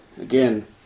again